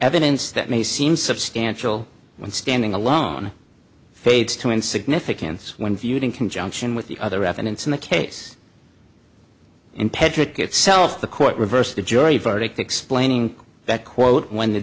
evidence that may seem substantial when standing alone fades to in significance when viewed in conjunction with the other evidence in the case in petrik itself the court reversed the jury verdict explaining that quote when the